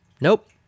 Nope